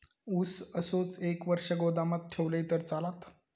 ऊस असोच एक वर्ष गोदामात ठेवलंय तर चालात?